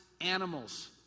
animals